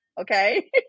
Okay